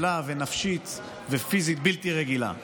נפשית ופיזית בלתי רגילה שלה.